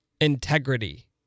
Integrity